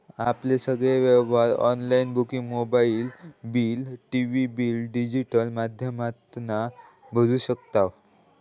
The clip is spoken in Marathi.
आपले सगळे व्यवहार online booking mobile bill, TV bill digital माध्यमातना भरू शकताव